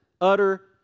utter